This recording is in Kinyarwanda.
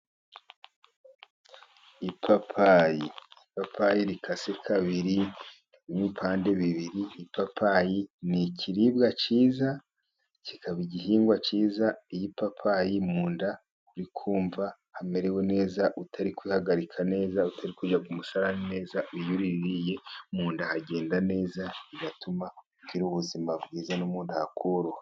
Ipapayi, ipapayi rikasi kabiri mo ibipande bibiri. Ipapayi ni ikiribwa cyiza ,kikaba igihingwa cyiza, iyo ipapayi mu nda uri kumva hamerewe neza utari kwihahagarika neza, utari kujya ku musarani neza ,iyo uyiriye mu nda hagenda neza bigatuma ugira ubuzima bwiza ,no mu nda hakuroha.